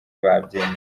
babyemera